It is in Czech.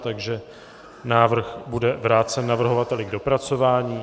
Takže návrh bude vrácen navrhovateli k dopracování.